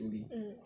mm